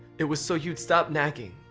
it was so you'd stop nagging.